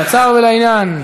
קצר ולעניין.